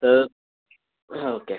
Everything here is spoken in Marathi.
तर हा ओके